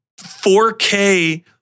4K